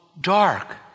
dark